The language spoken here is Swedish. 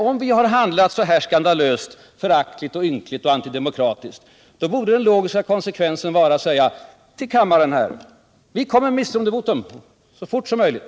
Om vi har handlat så här skandalöst, föraktligt och ynkligt och antidemokratiskt borde väl den logiska konsekvensen vara att här i kammaren säga: Vi kommer med misstroendevotum så fort som möjligt!